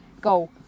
go